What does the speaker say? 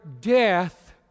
death